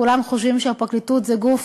כולם חושבים שהפרקליטות היא גוף